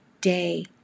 Day